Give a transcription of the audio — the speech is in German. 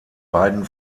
beiden